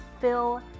fill